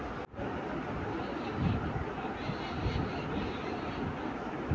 सहकारी बैंक शहरी आरु गैर शहरी दुनू इलाका मे छोटका व्यवसायो के कर्जा दै के सुविधा दै छै